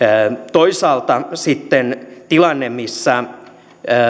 toisaalta sitten tilanteessa missä